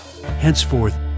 Henceforth